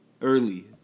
early